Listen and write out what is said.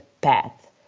path